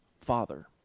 Father